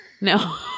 No